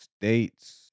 states